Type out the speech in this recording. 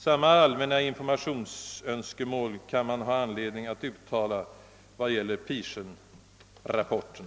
Samma allmänna informationsönskemål kan man ha anledning att ånyo uttala vad gäller Pearsonrapporten.